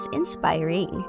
inspiring